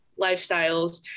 lifestyles